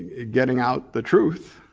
getting out the truth.